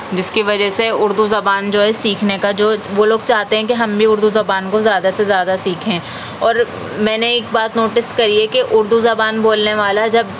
جس کی وجہ سے اردو زبان جو ہے سیکھنے کا جو وہ لوگ چاہتے ہیں کی ہم بھی اردو زبان کو زیادہ سے زیادہ سیکھیں اور میں نے ایک بات نوٹس کری ہے کہ اردو زبان بولنے والا جب